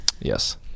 Yes